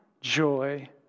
joy